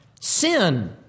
sin